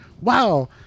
Wow